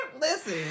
listen